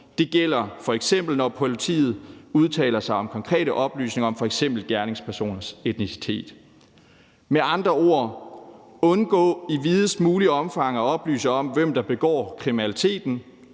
Det gælder f.eks., når politiet udtaler sig om konkrete oplysninger om gerningspersoners etnicitet. Med andre ord er beskeden: Undgå i videst muligt omfang at oplyse om, hvem der begår kriminaliteten,